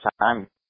time